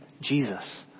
Jesus